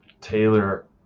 Taylor